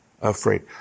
afraid